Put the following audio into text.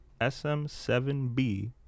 SM7B